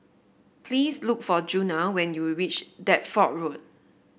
please look for Djuna when you reach Deptford Road